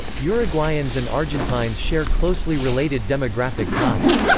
uruguayans and argentines share closely related demographic ties.